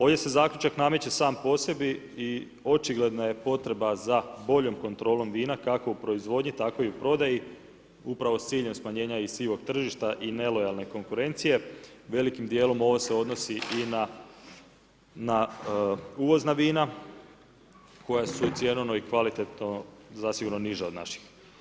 Ovdje se zaključak nameće sam po sebi i očigledno je potreba za boljom kontrolom vina kak u proizvodnji tako i u prodaji, upravo s ciljem smanjenja i sivog tržišta i nelojalne konkurencije, velikim djelom ovo se odnosi i na uvozna vina koja su cjenovno i kvalitetno zasigurno niža od naših.